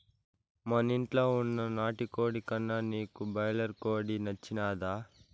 మనింట్ల వున్న నాటుకోడి కన్నా నీకు బాయిలర్ కోడి నచ్చినాదా